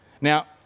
Now